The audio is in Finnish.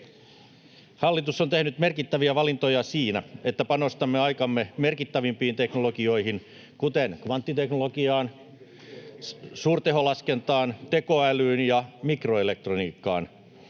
Hallitus on tehnyt merkittäviä valintoja siinä, että panostamme aikamme merkittävimpiin teknologioihin, kuten kvanttiteknologiaan, suurteholaskentaan, tekoälyyn ja mikroelektroniikkaan.